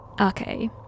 Okay